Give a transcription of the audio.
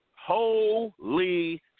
Holy